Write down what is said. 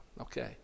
Okay